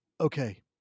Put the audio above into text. Okay